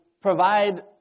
provide